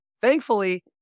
thankfully